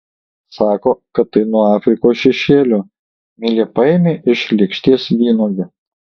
sako kad tai nuo afrikos šešėlio milė paėmė iš lėkštės vynuogę